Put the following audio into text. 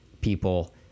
people